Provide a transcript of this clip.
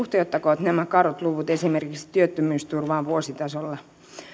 suhteuttakoot nämä karut luvut esimerkiksi työttömyysturvaan vuositasolla